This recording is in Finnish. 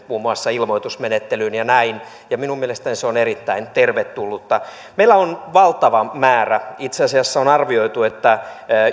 muun muassa ilmoitusmenettelyyn ja näin ja minun mielestäni se on erittäin tervetullutta meillä on valtava määrä itse asiassa on arvioitu että